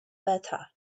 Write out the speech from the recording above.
better